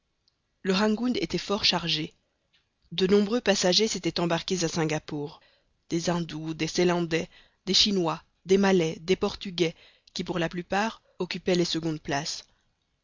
le rangoon était fort chargé de nombreux passagers s'étaient embarqués à singapore des indous des ceylandais des chinois des malais des portugais qui pour la plupart occupaient les secondes places